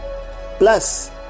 Plus